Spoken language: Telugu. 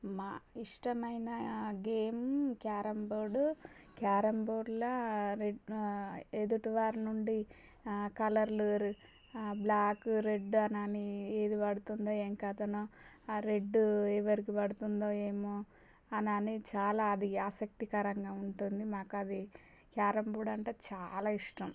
మా ఇష్టమైన గేమ్ క్యారం బోర్డు క్యారం బోర్డ్ల ఎదుటివారి నుండి కలర్లు బ్ల్యాక్ రెడ్ అని ఏది పడుతుందో ఏం కథనో ఆ రెడ్డు ఎవరికి పడుతుందో ఏమో అనని చాలా అది ఆసక్తికరంగా ఉంటుంది మాకు అవి క్యారం బోర్డ్ అంటే చాలా ఇష్టం